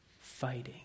fighting